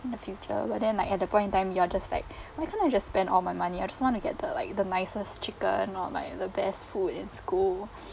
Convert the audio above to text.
in the future but then like at the point in time you are just like why can't I just spend all my money I just want to get the like the nicest chicken or like the best food in school